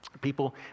people